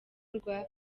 rwa